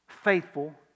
Faithful